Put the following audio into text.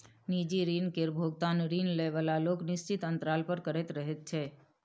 निजी ऋण केर भोगतान ऋण लए बला लोक निश्चित अंतराल पर करैत रहय छै